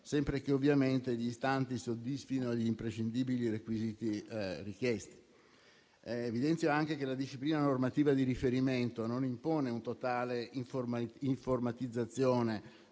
sempre che ovviamente gli istanti soddisfino gli imprescindibili requisiti richiesti. Evidenzio anche che la disciplina normativa di riferimento non impone una totale informatizzazione